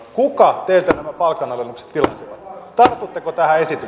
kuka teiltä nämä palkanalennukset tilasi